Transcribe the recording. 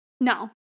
No